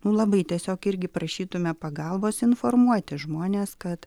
nu labai tiesiog irgi prašytume pagalbos informuoti žmones kad